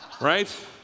right